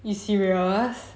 you serious